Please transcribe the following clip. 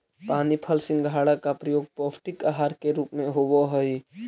पानी फल सिंघाड़ा का प्रयोग पौष्टिक आहार के रूप में होवअ हई